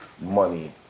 money